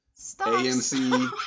AMC